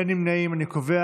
אני מתנצל,